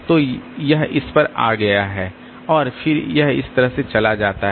तो यह इस पर आ गया है और फिर यह इस तरह से चला जाता है